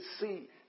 see